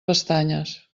pestanyes